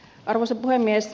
arvoisa puhemies